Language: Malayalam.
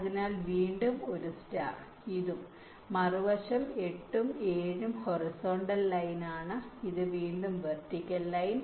അതിനാൽ വീണ്ടും ഒരു സ്റ്റാർ ഇതും മറുവശം 8 ഉം 7 ഉം ഹൊറിസോണ്ടൽ ലൈനാണ് ഇത് വീണ്ടും വെർട്ടിക്കൽ ലൈൻ